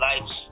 lights